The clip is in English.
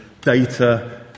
data